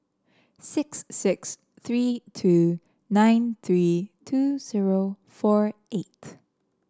six six three two nine three two zero four eight